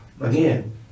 again